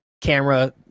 camera